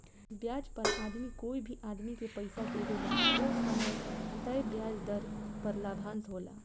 ब्याज पर आदमी कोई भी आदमी के पइसा दिआवेला ओ समय तय ब्याज दर पर लाभांश होला